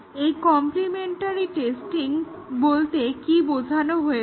এই complimentary tasting বলতে কি বোঝানো হচ্ছে